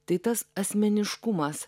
tai tas asmeniškumas